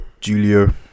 Julio